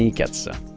yeah get some